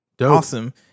Awesome